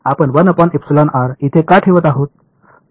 आपण तिथे का ठेवत आहोत